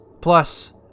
Plus